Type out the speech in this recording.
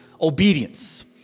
Obedience